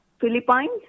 Philippines